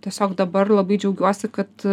tiesiog dabar labai džiaugiuosi kad